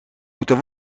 moeten